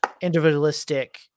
individualistic